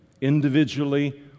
individually